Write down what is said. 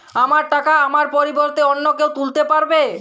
আমার টাকা আমার পরিবর্তে অন্য কেউ তুলতে পারবে?